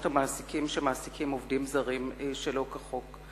המעסיקים שמעסיקים עובדים זרים שלא כחוק.